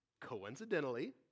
coincidentally